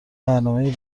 برنامهای